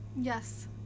Yes